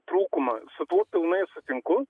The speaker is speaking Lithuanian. trūkumą su tuo pilnai sutinku